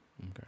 Okay